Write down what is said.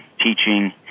teaching